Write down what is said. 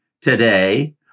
today